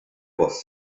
was